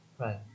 Right